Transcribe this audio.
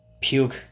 puke